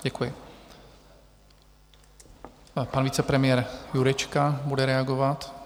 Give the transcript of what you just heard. Děkuji a pan vicepremiér Jurečka bude reagovat.